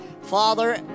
Father